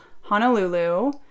Honolulu